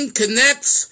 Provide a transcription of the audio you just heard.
connects